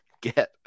get